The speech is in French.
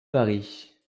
paris